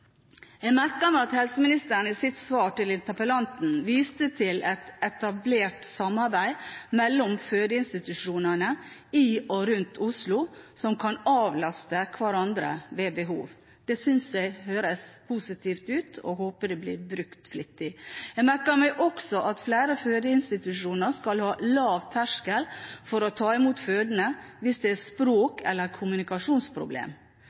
Jeg merket meg at helseministeren i sitt svar til interpellanten viste til et etablert samarbeid mellom fødeinstitusjonene i og rundt Oslo, som kan avlaste hverandre ved behov. Det syns jeg høres positivt ut, og jeg håper det blir brukt flittig. Jeg merket meg også at flere fødeinstitusjoner skal ha lav terskel for å ta imot fødende hvis det er